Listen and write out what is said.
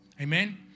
Amen